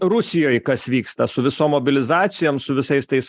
rusijoj kas vyksta su visom mobilizacijom su visais tais